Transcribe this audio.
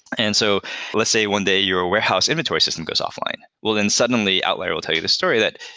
and so let's say one day your warehouse inventory system goes off-line. well then suddenly outlier will tell you this story that,